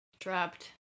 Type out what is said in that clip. Trapped